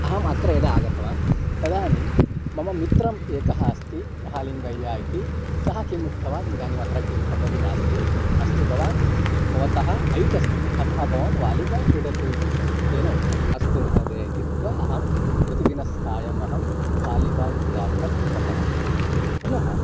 अहम् अत्र यदा आगतवान् तदानीं मम मित्रः एकः अस्ति महलिङ्गय्या इति सः किम् उक्तवान् इदानीमत्र क् कब्बडि नास्ति अस्तु भवान् भवतः ऐटस्ति अतः भवान् वालिबाल् क्रीडतु इति उक्तम् अस्तु महोदय इत्युक्त्वा अहं प्रतिदिनस्सायमहं वालिबाल् क्रीडार्थं गतवान् पुनः